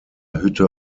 hütte